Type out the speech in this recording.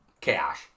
cash